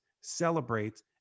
celebrates